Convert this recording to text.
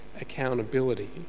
accountability